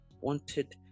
wanted